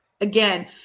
Again